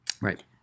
Right